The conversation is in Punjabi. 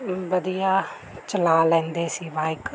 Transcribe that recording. ਵਧੀਆ ਚਲਾ ਲੈਂਦੇ ਸੀ ਬਾਇਕ